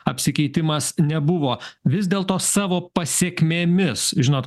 apsikeitimas nebuvo vis dėlto savo pasekmėmis žinot